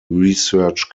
research